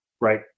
right